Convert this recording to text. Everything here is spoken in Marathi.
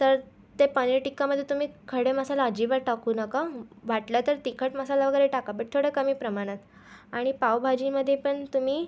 तर ते पनीर टिक्कामध्ये तुम्ही खडे मसाला अजिबात टाकू नका वाटलं तर तिखट मसाला वगैरे टाका बट थोडं कमी प्रमाणात आणि पावभाजीमध्ये पण तुम्ही